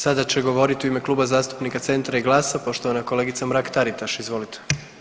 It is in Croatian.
Sada će govoriti u ime Kluba zastupnika Centra i GLAS-a poštovana kolegica Mrak-Taritaš, izvolite.